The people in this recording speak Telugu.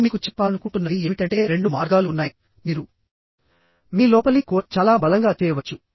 నేను మీకు చెప్పాలనుకుంటున్నది ఏమిటంటే 2 మార్గాలు ఉన్నాయి మీరు మీ లోపలి కోర్ చాలా బలంగా చేయవచ్చు